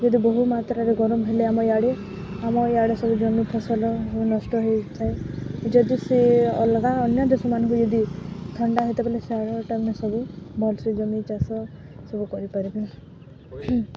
ଯଦି ବହୁ ମାତ୍ରାରେ ଗରମ ହେଲେ ଆମ ଇଆଡ଼େ ଆମ ଇଆଡ଼େ ସବୁ ଜମି ଫସଲ ନଷ୍ଟ ହୋଇଥାଏ ଯଦି ସେ ଅଲଗା ଅନ୍ୟ ଦେଶମାନଙ୍କୁ ଯଦି ଥଣ୍ଡା ହେଇତ ବଲେ ସିଆଡ଼ ସବୁ ଭଲସେ ଜମି ଚାଷ ସବୁ କରିପାରିବେ